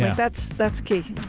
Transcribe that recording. that's that's key.